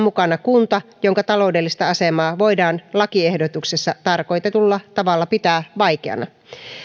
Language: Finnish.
mukana kunta jonka taloudellista asemaa voidaan lakiehdotuksessa tarkoitetulla tavalla pitää vaikeana